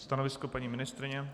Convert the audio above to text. Stanovisko paní ministryně?